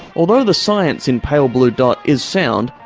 although the science in pale blue dot is sound,